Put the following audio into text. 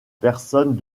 personnes